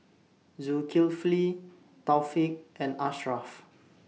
Zulkifli Taufik and Ashraf